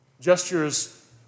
gestures